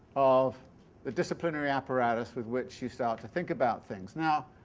of the disciplinary apparatus with which you start to think about things. now,